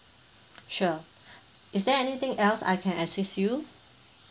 sure is there anything else I can assist you